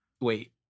Wait